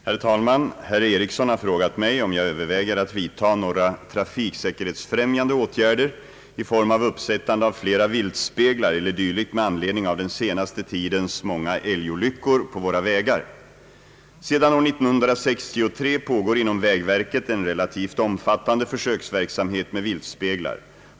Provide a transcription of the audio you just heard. Herr talman! Herr Eriksson har frågat mig, om jag överväger att vidta några trafiksäkerhetsfrämjande åtgärder — i form av uppsättande av flera viltspeglar eller dylikt — med anledning av den senaste tidens många älgolyckor på våra vägar. Sedan år 1963 pågår inom vägverket en relativt omfattande försöksverksamhet med viltspeglar.